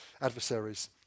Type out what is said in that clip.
adversaries